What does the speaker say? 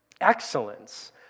excellence